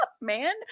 man